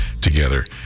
together